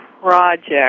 project